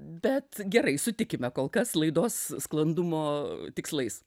bet gerai sutikime kol kas laidos sklandumo tikslais